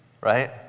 Right